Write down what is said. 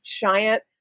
giant